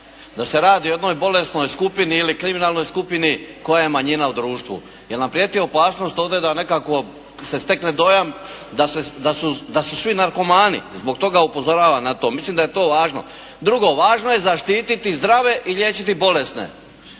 Da se radi o jednoj bolesnoj skupini ili kriminalnoj skupini koja je manjina u društvu. Jer nam prijeti opasnost ovdje da se nekako stekne dojam da su svi narkomani, zbog toga upozoravam na to mislim da je to važno. Drugo, važno je zaštititi zdrave i liječiti bolesne.